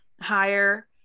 higher